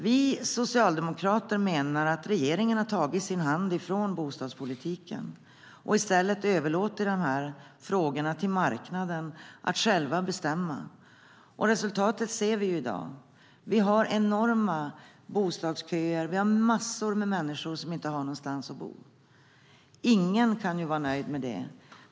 Vi socialdemokrater menar att regeringen har tagit sin hand ifrån bostadspolitiken och i stället överlåtit frågan till marknaden att själv bestämma. I dag ser vi resultatet. Vi har enorma bostadsköer och massor av människor har ingenstans att bo. Ingen kan vara nöjd med det.